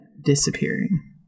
Disappearing